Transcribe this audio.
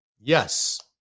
yes